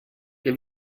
que